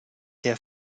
der